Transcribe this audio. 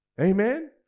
Amen